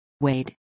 Wade